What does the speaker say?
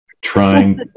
trying